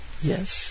yes